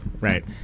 Right